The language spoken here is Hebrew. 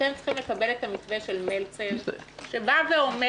אתם צריכים לקבל את המתווה של מלצר שבא ואומר,